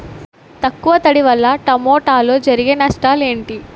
తక్కువ తడి వల్ల టమోటాలో జరిగే నష్టాలేంటి?